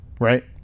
Right